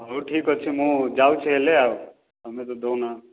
ହଉ ଠିକ୍ ଅଛି ମୁଁ ଯାଉଛି ହେଲେ ଆଉ ତୁମେ ତ ଦଉନ